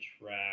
track